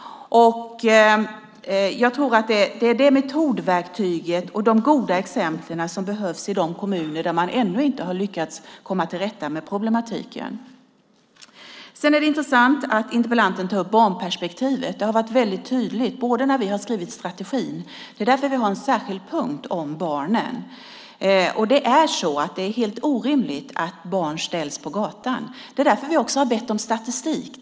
Jag tror att det är det metodverktyget och de goda exemplen som behövs i de kommuner där man ännu inte har lyckats komma till rätta med problematiken. Det är intressant att interpellanten tar upp barnperspektivet. Det har varit väldigt tydligt när vi har skrivit strategin. Det är därför vi har en särskild punkt om barnen. Det är helt orimligt att barn ställs på gatan. Det är därför vi också har bett om statistik.